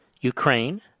Ukraine